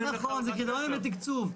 נכון, זה קריטריונים לתקצוב.